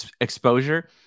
exposure